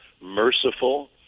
merciful